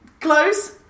Close